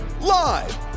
live